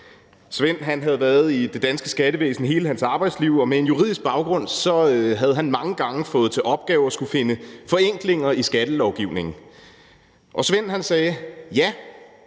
Han havde været i det danske skattevæsen i hele sit arbejdsliv, og med en juridisk baggrund havde han mange gange fået til opgave at skulle finde forenklinger i skattelovgivningen. Og Svend sagde: Ja,